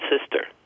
sister